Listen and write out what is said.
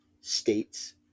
states